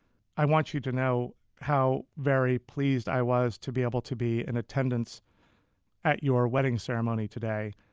i want you to know how very pleased i was to be able to be in attendance at your wedding ceremony today.